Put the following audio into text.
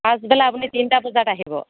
পাছবেলা আপুনি তিনিটা বজাত আহিব